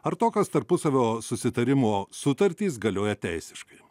ar tokios tarpusavio susitarimo sutartys galioja teisiškai